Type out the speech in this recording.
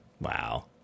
Wow